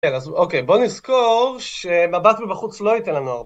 כן, אז אוקיי, בוא נזכור שמבט בבחוץ לא ייתן לנו הרבה.